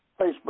Facebook